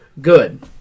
good